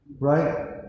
Right